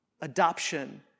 adoption